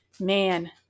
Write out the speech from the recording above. Man